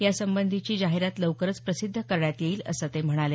यासंबंधीची जाहिरात लवकरच प्रसिद्ध करण्यात येईल असं ते म्हणाले